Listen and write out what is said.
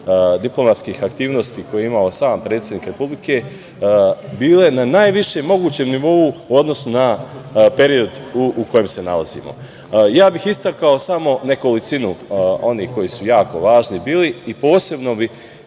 diplomatskih aktivnosti koje je imao sam predsednik Republike, bile na najvišem mogućem nivou u odnosu na period u kojem se nalazimo. Ja bih istakao samo nekolicinu onih koji su jako važni bili i posebno bih